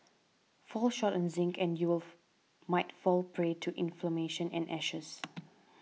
fall short on zinc and you'll might fall prey to inflammation and ashes